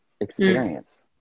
experience